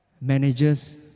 managers